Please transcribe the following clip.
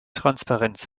transparenz